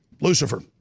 Lucifer